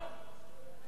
דאלית-אל-כרמל,